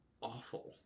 awful